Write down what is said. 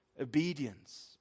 obedience